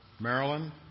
Maryland